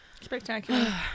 Spectacular